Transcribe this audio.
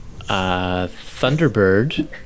Thunderbird